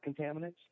contaminants